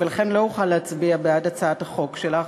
ולכן לא אוכל להצביע בעד הצעת החוק שלך,